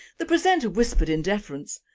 the presenter whispered in deference,